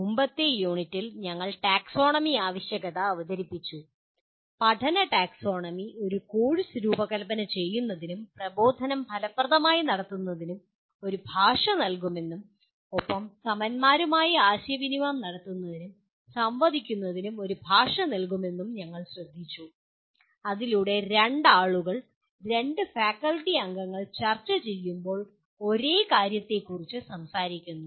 മുമ്പത്തെ യൂണിറ്റിൽ ഞങ്ങൾ ടാക്സോണമി ആവശ്യകത അവതരിപ്പിച്ചു പഠന ടാക്സോണമി ഒരു കോഴ്സ് രൂപകൽപ്പന ചെയ്യുന്നതിനും പ്രബോധനം ഫലപ്രദമായി നടത്തുന്നതിനും ഒരു ഭാഷ നൽകുമെന്നും ഒപ്പം സമന്മാരുമായി ആശയവിനിമയം നടത്തുന്നതിനും സംവദിക്കുന്നതിനും ഒരു ഭാഷ നൽകുമെന്ന് ഞങ്ങൾ ശ്രദ്ധിച്ചു അതിലൂടെ രണ്ട് ആളുകൾ രണ്ട് ഫാക്കൽറ്റി അംഗങ്ങൾ ചർച്ചചെയ്യുമ്പോൾ ഒരേ കാര്യത്തെക്കുറിച്ച് സംസാരിക്കുന്നു